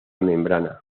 membrana